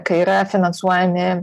kai yra finansuojami